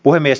puhemies